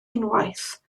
unwaith